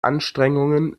anstrengungen